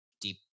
deep